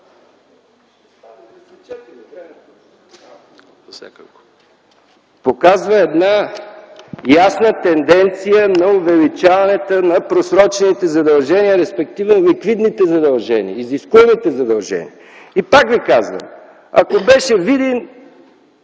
показва ясна тенденция на увеличаване на просрочените задължения, респективно ликвидните, изискуемите задължения. И пак ви казвам, че ако беше само